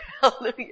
Hallelujah